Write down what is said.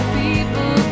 people